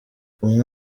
umwe